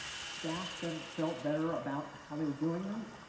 staff and felt better about how they were doing them,